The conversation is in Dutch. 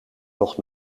nog